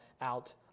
out